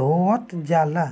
धोवल जाला